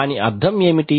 దాని అర్థం ఏమిటి